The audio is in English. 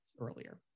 earlier